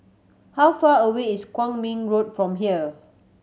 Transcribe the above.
how far away is Kwong Min Road from here